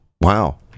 Wow